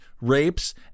rapes